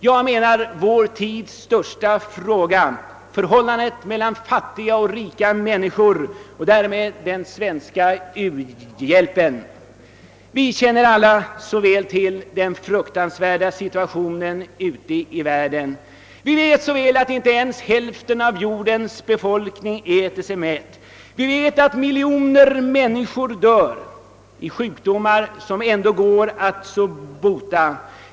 Jag syftar på vår tids största fråga — förhållandet mellan fattiga och rika länder och därmed den svenska u-hjälpen. Vi känner alla så väl till den fruktansvärda situationen ute i världen. Vi vet så väl att inte ens hälften av jordens befolkning äter sig mätt. Vi vet att miljoner människor dör i sjukdomar som går att bota.